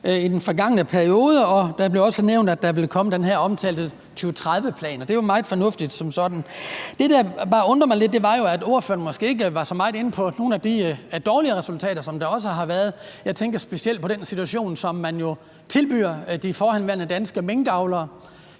i den forgangne periode. Og det blev også nævnt, at der ville komme den her omtalte 2030-plan, og det er jo meget fornuftigt som sådan. Det, der bare undrer mig lidt, er, at ordføreren måske ikke var så meget inde på nogle af de dårlige resultater, som der også har været. Jeg tænker specielt på den situation, man tilbyder de forhenværende danske minkavlere.